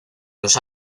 los